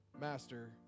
Master